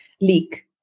leak